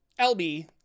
LB